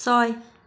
ছয়